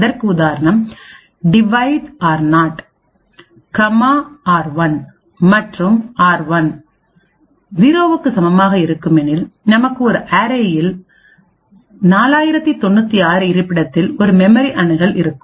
அதற்கு உதாரணம் divide R zero comma R one மற்றும் ஆர்1 0 க்கு சமமாக இருக்கும் எனில் நமக்கு ஒரு அரேயில் 4096 இருப்பிடத்தில் ஒரு மெமரி அணுகல் இருக்கும்